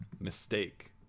mistake